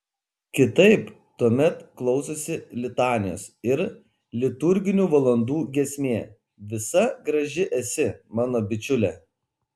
kitaip tuomet klausosi litanijos ir liturginių valandų giesmė visa graži esi mano bičiule